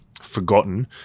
forgotten